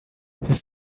his